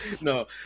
No